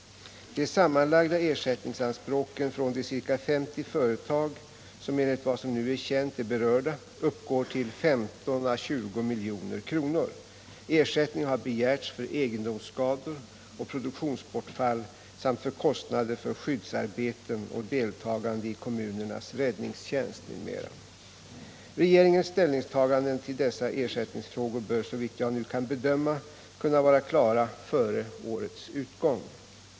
De sammanlagda ersättningsanspråken från de ca 50 företag, som enligt vad som nu är känt är berörda, uppgår till 15-20 milj.kr. Ersättning har begärts för egendomsskador och produktionsbortfall samt för kostnader för skyddsarbeten och deltagande i kommunernas räddningstjänst m.m. Regeringens ställningstaganden till dessa ersättningsfrågor bör såvitt jag nu kan bedöma kunna vara klara före årets utgång.